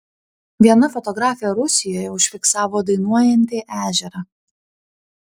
viena fotografė rusijoje užfiksavo dainuojantį ežerą